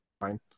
Fine